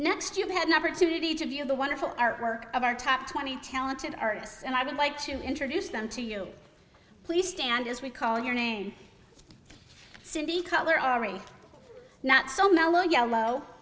next you had an opportunity to view the wonderful art work of our top twenty talented artists and i would like to introduce them to you please stand as we call your name city color are a not so mellow yellow